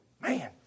man